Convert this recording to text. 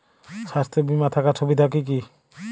স্বাস্থ্য বিমা থাকার সুবিধা কী কী?